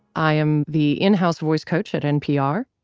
i am the in house voice coach at npr.